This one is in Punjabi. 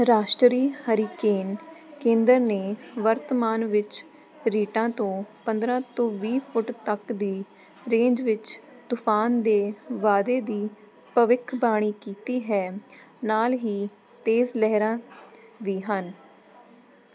ਰਾਸ਼ਟਰੀ ਹਰੀਕੇਨ ਕੇਂਦਰ ਨੇ ਵਰਤਮਾਨ ਵਿੱਚ ਰੀਟਾ ਤੋਂ ਪੰਦਰਾਂ ਤੋਂ ਵੀਹ ਫੁੱਟ ਤੱਕ ਦੀ ਰੇਂਜ ਵਿੱਚ ਤੂਫ਼ਾਨ ਦੇ ਵਾਧੇ ਦੀ ਭਵਿੱਖਬਾਣੀ ਕੀਤੀ ਹੈ ਨਾਲ ਹੀ ਤੇਜ਼ ਲਹਿਰਾਂ ਵੀ ਹਨ